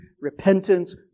repentance